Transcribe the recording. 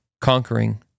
conquering